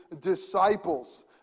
disciples